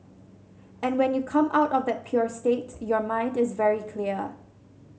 and when you come out of that pure state your mind is very clear